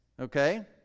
Okay